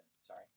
Sorry